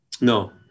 No